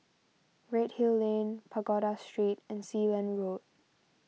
Redhill Lane Pagoda Street and Sealand Road